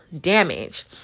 damage